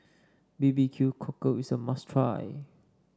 B B Q Cockle is a must try